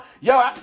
Yo